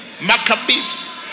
Maccabees